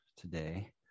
today